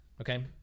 okay